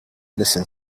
listen